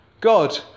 God